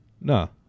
No